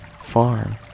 FARM